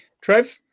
Trev